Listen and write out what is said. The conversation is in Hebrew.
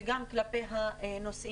וגם כלפי הנוסעים.